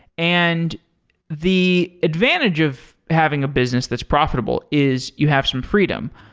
and the advantage of having a business that's profitable is you have some freedom.